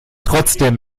trotzdem